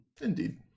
Indeed